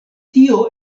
tio